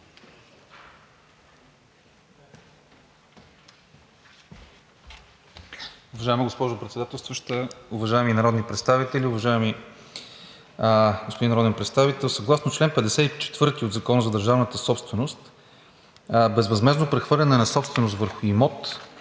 Уважаема госпожо Председател, уважаеми народни представители! Уважаеми господин народен представител, съгласно чл. 54 от Закона за държавната собственост безвъзмездно прехвърляне на собственост върху имот